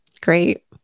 Great